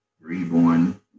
reborn